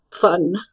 fun